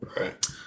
Right